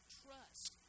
trust